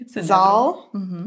Zal